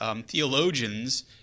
theologians